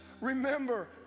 remember